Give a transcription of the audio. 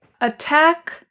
attack